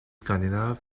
scandinaves